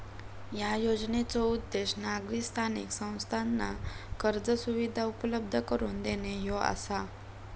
या योजनेचो उद्देश नागरी स्थानिक संस्थांना कर्ज सुविधा उपलब्ध करून देणे ह्यो आसा